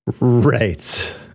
Right